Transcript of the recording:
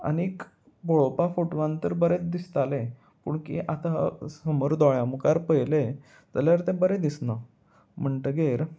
आनीक पळोवपा फोटवान तर बरें दिसतालें पूण की आतां समोर दोळ्या मुखार पयलें जाल्यार तें बरें दिसना म्हणटगीर